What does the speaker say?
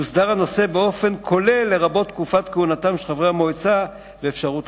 בהקניית במה לאירועים חדשותיים וחברתיים המתרחשים באזורי